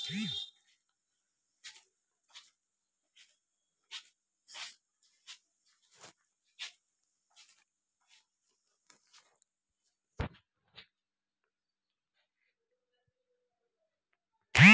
केसर एंटीआक्सिडेंट होइ छै आ केसर बड़ स्वास्थ्य बर्धक छै